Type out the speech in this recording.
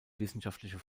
wissenschaftliche